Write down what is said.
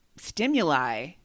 stimuli